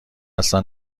اصلا